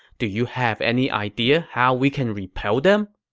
do you have any idea how we can repel them?